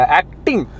acting